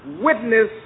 witness